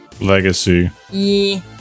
Legacy